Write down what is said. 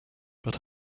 but